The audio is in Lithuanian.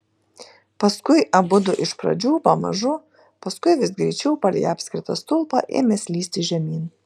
paskui abudu iš pradžių pamažu paskui vis greičiau palei apskritą stulpą ėmė slysti žemyn